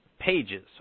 pages